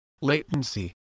latency